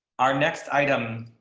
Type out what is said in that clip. our next item.